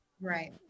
Right